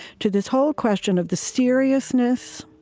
to this whole question of the seriousness